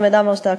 ואותך,